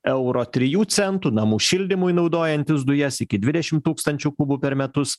euro trijų centų namų šildymui naudojantys dujas iki dvidešimt tūkstančių kubų per metus